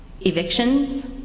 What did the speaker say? evictions